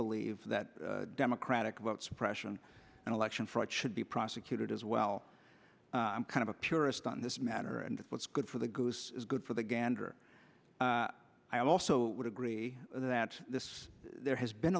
believe that democratic about suppression and election fraud should be prosecuted as well i'm kind of a purist on this matter and what's good for the goose is good for the gander i also would agree that this there has been